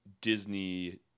Disney